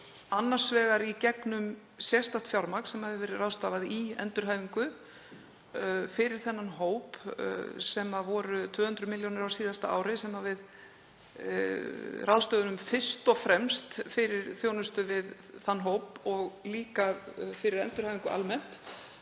Annars vegar í gegnum sérstakt fjármagn sem hefur verið ráðstafað í endurhæfingu fyrir þennan hóp, sem voru 200 millj. kr. á síðasta ári sem við ráðstöfuðum fyrst og fremst fyrir þjónustu við þann hóp og líka fyrir endurhæfingu almennt